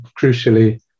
crucially